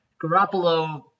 Garoppolo